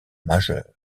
majeur